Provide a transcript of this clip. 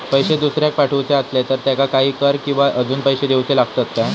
पैशे दुसऱ्याक पाठवूचे आसले तर त्याका काही कर किवा अजून पैशे देऊचे लागतत काय?